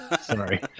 sorry